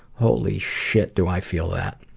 holy shit, do i feel that.